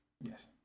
Yes